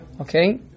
Okay